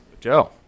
Joe